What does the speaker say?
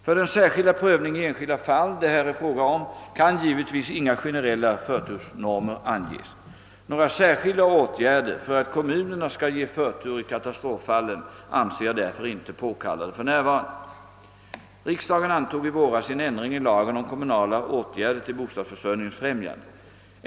För den särskilda prövning i enskilda fall det här är fråga om kan givetvis inga generella förtursnormer anges. Några särskilda åtgärder för att kommunerna skall bereda förtur åt katastroffallen anser jag därför inte nu påkallade. Riksdagen antog i våras en ändring i lagen om kommunala åtgärder till bostadsförsörjningens främjande.